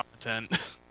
content